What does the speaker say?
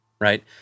Right